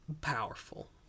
powerful